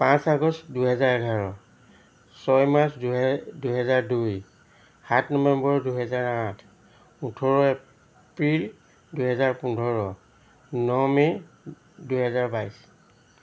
পাঁচ আগষ্ট দুহেজাৰ এঘাৰ ছয় মাৰ্চ দুহে দুহেজাৰ দুই সাত নৱেম্বৰ দুহেজাৰ আঠ ওঠৰ এপ্ৰিল দুহেজাৰ পোন্ধৰ ন মে' দুহেজাৰ বাইছ